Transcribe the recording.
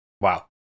Wow